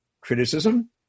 criticism